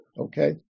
okay